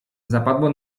zapadło